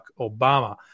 Obama